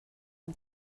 amb